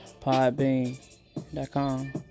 podbean.com